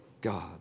God